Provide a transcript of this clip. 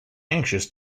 anxious